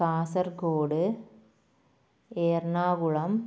Kasaragod Ernakulam